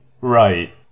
Right